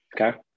Okay